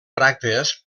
bràctees